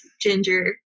Ginger